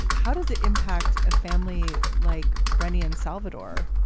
how does it impact a family like brenda and salvador?